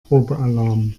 probealarm